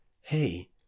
hey